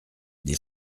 des